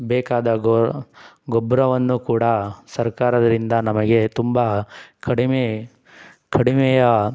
ಬೇಕಾದ ಗೊಬ್ರವನ್ನು ಕೂಡ ಸರ್ಕಾರದಿಂದ ನಮಗೆ ತುಂಬ ಕಡಿಮೆ ಕಡಿಮೆಯ